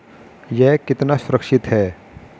यह कितना सुरक्षित है?